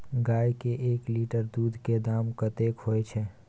गाय के एक लीटर दूध के दाम कतेक होय छै?